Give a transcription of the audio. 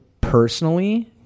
personally